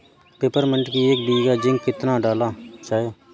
Peppermint की एक बीघा कितना जिंक डाला जाए?